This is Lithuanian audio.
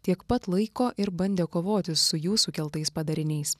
tiek pat laiko ir bandė kovoti su jų sukeltais padariniais